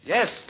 Yes